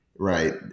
Right